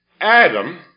Adam